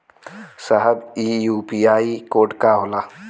साहब इ UPI code का होला?